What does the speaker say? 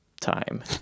time